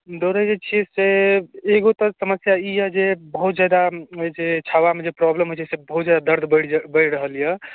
दौड़ै जे छियै से एगो तऽ समस्या ई यऽ जे बहुत जादा जे छावामे जे प्रॉब्लम यऽ जाहिसँ बहुत जादा दर्द बढ़ि बढ़ि रहल यऽ